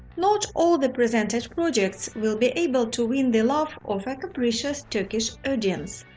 not all the presented projects will be able to win the love of a capricious turkish audience,